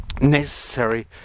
necessary